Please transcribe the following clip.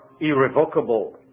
irrevocable